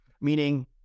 meaning